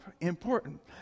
important